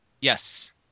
yes